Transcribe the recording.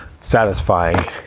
satisfying